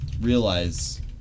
realize